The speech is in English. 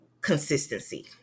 Consistency